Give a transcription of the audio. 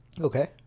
Okay